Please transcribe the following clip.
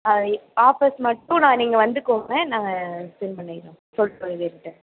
ஆ ஏ ஆஃபர்ஸ் மட்டும் நான் நீங்கள் வந்துகோங்க நான் சென்ட் பண்ணிடுறேன் மேம் சொல்லிட்டு இதுன்ட்டு